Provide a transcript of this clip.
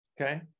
Okay